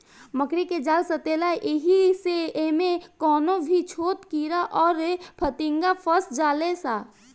मकड़ी के जाल सटेला ऐही से इमे कवनो भी छोट कीड़ा अउर फतीनगा फस जाले सा